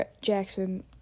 Jackson